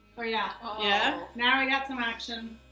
oh yeah, oh. yeah? now we got some action,